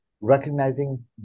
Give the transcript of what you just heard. recognizing